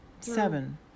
seven